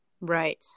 Right